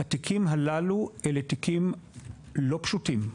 התיקים הללו הם תיקים לא פשוטים,